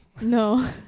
No